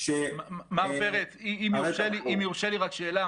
מר פרץ, אם יורשה לי, רק שאלה.